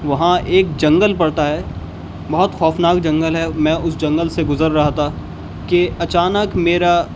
وہاں ایک جنگل پڑتا ہے بہت خوفناک جنگل ہے میں اس جنگل سے گزر رہا تھا کہ اچانک میرا